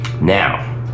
Now